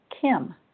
Kim